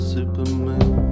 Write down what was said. Superman